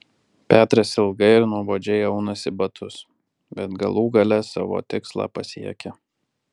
petras ilgai ir nuobodžiai aunasi batus bet galų gale savo tikslą pasiekia